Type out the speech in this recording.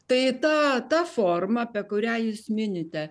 tai ta ta forma apie kurią jūs minite